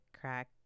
crack